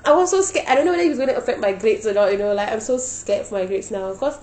I was so scared I don't know whether it was going to affect by grades or not you know like I'm so scared for my grades now cause